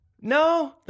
no